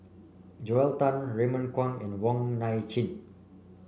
Joel Tan Raymond Kang and Wong Nai Chin